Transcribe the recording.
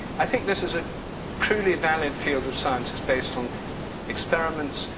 i think this is a truly valid field of sciences based on experiments,